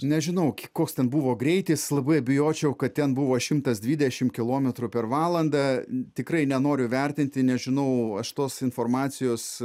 nežinau koks ten buvo greitis labai abejočiau kad ten buvo šimtas dvidešimt kilometrų per valandą tikrai nenoriu vertinti nežinau aš tos informacijos